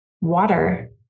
water